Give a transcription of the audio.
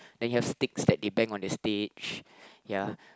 then you have stick set they bang on the stage ya